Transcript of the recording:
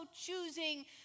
choosing